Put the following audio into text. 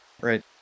right